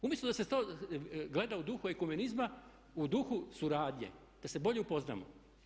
Umjesto da se to gleda u duhu ekumenizma, u duhu suradnje da se bolje upoznamo.